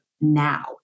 now